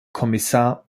kommissar